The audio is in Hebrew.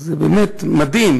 זה באמת מדהים.